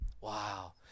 Wow